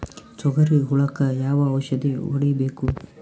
ತೊಗರಿ ಹುಳಕ ಯಾವ ಔಷಧಿ ಹೋಡಿಬೇಕು?